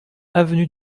avenue